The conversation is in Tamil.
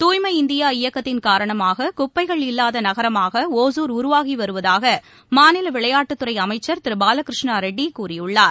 தூய்மை இந்தியா இயக்கத்தின் காரணமாககுப்பைகள் இல்லாதநகரமாகஒசூர் உருவாகிவருவதாகமாநிலவிளையாட்டுத் துறைஅமைச்சர் திருபாலகிருஷ்ணரெட்டிகூறியுள்ளார்